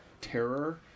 terror